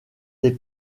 des